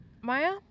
Maya